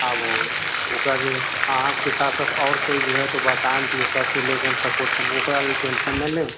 आबु ओकरासे अहाँके साथ साथ और कोइ भी हो त बतायब कि सबकुछ लयके हम सपोर्ट करब ओकरालेल टेंशन नहि लेब